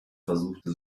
versuchte